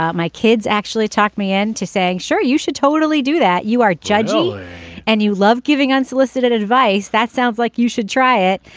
ah my kids actually talked me into saying sure you should totally do that you are judging and you love giving unsolicited advice that sounds like you should try it.